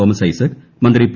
Thomas Isaac മന്ത്രി P